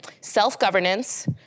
self-governance